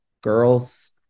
Girls